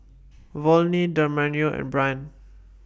Volney Damarion and Brynn